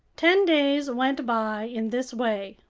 ten days went by in this way.